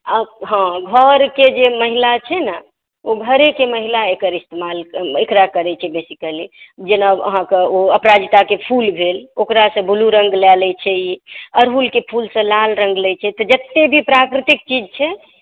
आ हँ घरकेँ जे महिला छै ने ओ घरेकेँ महिला एकर इस्तेमाल एकरा करैत छै बेसी काल जेना आहाँकऽ ओ अपराजिताके फूल भेल ओकरासँ बुलू रङ्ग बला लै छै अड़हुलकेँ फूलसँ लाल रङ्ग लै छै तऽ जते भी प्राकृतिक चीज छै